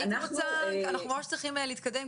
אנחנו ממש צריכים להתקדם,